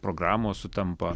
programos sutampa